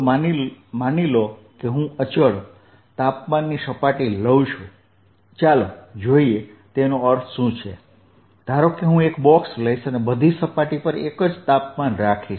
તો માની લો કે હું અચળ તાપમાનની સપાટી લઉં છું ચાલો જોઈએ તેનો અર્થ શું છે ધારો કે હું એક બોક્સ લઇશ અને બધી સપાટી પર એક જ તાપમાન રાખીશ